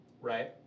right